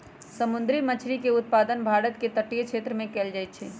समुंदरी मछरी के उत्पादन भारत के तटीय क्षेत्रमें कएल जाइ छइ